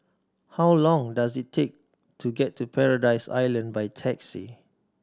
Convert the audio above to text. how long does it take to get to Paradise Island by taxi